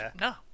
No